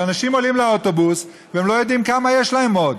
שאנשים עולים לאוטובוס והם לא יודעים כמה יש להם עוד.